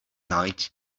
night